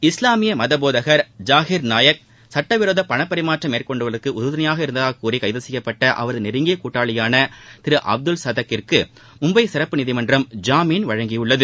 இஸ்லாமிய மத போதகர் ஜாஹிர் நாயக் சட்டவிரோத பண பரிமாற்றம் மேற்கொள்வதற்கு உறுதுணையாக இருந்ததாகக் கூறி கைது செய்யப்பட்ட அவரது நெருங்கிய கூட்டாளியான திரு அப்துல் சதக் கிற்கு மும்பை சிறப்பு நீதிமன்றம் ஜாமீன் வழங்கியுள்ளது